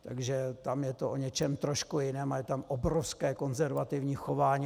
Takže tam je to o něčem trošku jiném a je tam obrovské konzervativní chování.